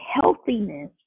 healthiness